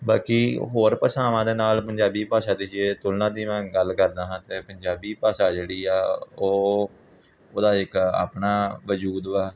ਬਾਕੀ ਹੋਰ ਭਾਸ਼ਾਵਾਂ ਦੇ ਨਾਲ ਪੰਜਾਬੀ ਭਾਸ਼ਾ ਦੀ ਜੇ ਤੁਲਨਾ ਦੀ ਮੈਂ ਗੱਲ ਕਰਦਾ ਹਾਂ ਤਾਂ ਪੰਜਾਬੀ ਭਾਸ਼ਾ ਜਿਹੜੀ ਆ ਉਹ ਉਹਦਾ ਇੱਕ ਆਪਣਾ ਵਜ਼ੂਦ ਵਾ